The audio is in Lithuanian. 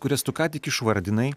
kurias tu ką tik išvardinai